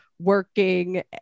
working